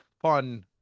fun